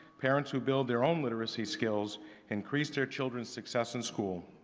parents who build their own literacy skills increase their children's success in school.